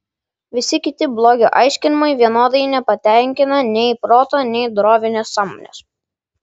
visi kiti blogio aiškinimai vienodai nepatenkina nei proto nei dorovinės sąmonės